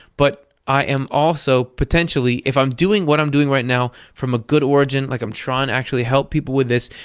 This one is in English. but i am also potentially, if i'm doing what i'm doing right now from a good origin, like i'm trying to actually help people with this,